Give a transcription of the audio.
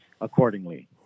accordingly